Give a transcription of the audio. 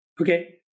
Okay